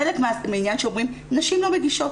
חלק מהעניין שאומרים 'נשים לא מגישות'.